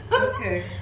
Okay